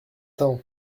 t’en